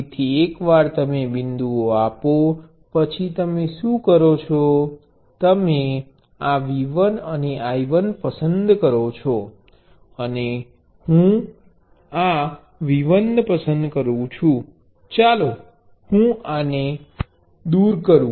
તેથી એકવાર તમે બિંદુઓ આપો પછી તમે શું કરો છો તમે આ V1 અને I1 પસંદ કરો છો અને હું આ V1 પસંદ કરું છું ચાલો હું આને દૂર કરું